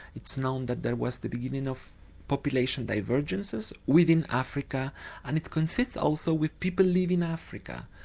it's known that there was the beginning of population divergences within africa and it coincided also with people leaving africa.